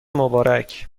مبارک